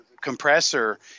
compressor